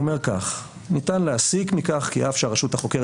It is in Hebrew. הוא אומר כך: ניתן להסיק מכך כי אף שהרשות החוקרת